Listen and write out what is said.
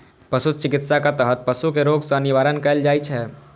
पशु चिकित्साक तहत पशु कें रोग सं निवारण कैल जाइ छै